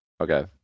Okay